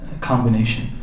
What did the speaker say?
combination